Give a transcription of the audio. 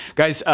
guys,